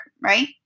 right